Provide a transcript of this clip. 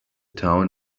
town